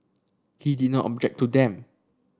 he did not object to them